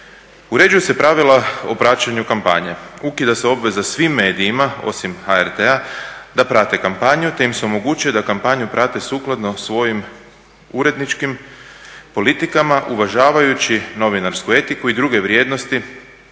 Uređuju se pravila o praćenju kampanje, ukida se obveza svim medijima osim HRT-a da prate kampanju te im se omogućuje da kampanju prate sukladno svojim uredničkim politikama, uvažavajući novinarsku etiku i druge vrijednosti